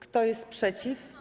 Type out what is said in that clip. Kto jest przeciw?